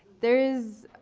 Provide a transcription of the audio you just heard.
there is.